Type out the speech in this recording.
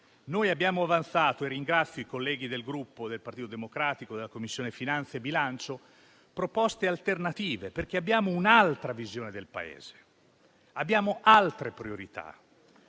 Noi abbiamo avanzato - e ringrazio i colleghi del Gruppo Partito Democratico della Commissione programmazione economica, bilancio - proposte alternative, perché abbiamo un'altra visione del Paese, abbiamo altre priorità.